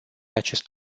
acest